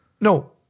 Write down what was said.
No